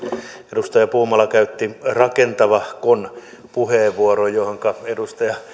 edustaja puumala käytti rakentavahkon puheenvuoron jossa edustaja